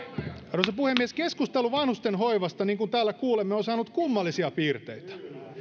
arvoisa puhemies keskustelu vanhustenhoivasta niin kuin täällä kuulemme on saanut kummallisia piirteitä